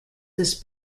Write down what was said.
this